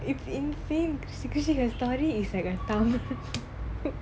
think think